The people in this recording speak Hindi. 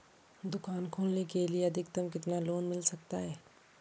दुकान खोलने के लिए अधिकतम कितना लोन मिल सकता है?